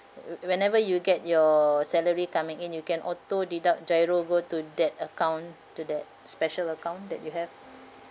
uh whenever you get your salary coming in you can auto deduct GIRO go to that account to that special account that you have